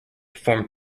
formed